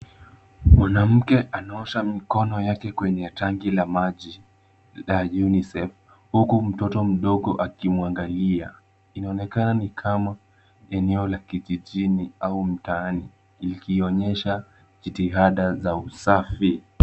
Mwanamke anaosha mikono yake kwenye tanki la maji la UNICEF. Huku mtoto mdogo akimwangalia. Inaonekana ni kama eneo la kijijini au mtaani, ikionyesha jitihada za usafi.